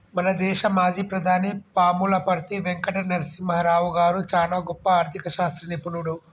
మన దేశ మాజీ ప్రధాని పాములపర్తి వెంకట నరసింహారావు గారు చానా గొప్ప ఆర్ధిక శాస్త్ర నిపుణుడు